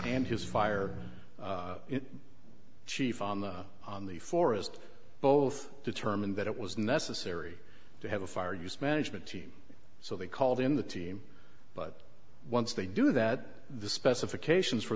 and his fire chief on the on the forest both determined that it was necessary to have a fire use management team so they called in the team but once they do that the specifications for